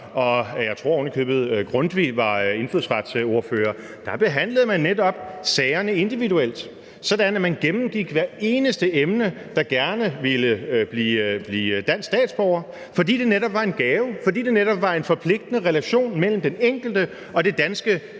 ovenikøbet, at Grundtvig var indfødsretsordfører – behandlede man netop sagerne individuelt, sådan at man gennemgik hvert eneste emne, der gerne ville blive dansk statsborger, fordi det netop var en gave, fordi det netop var en forpligtende relation mellem den enkelte og det danske,